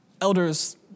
elders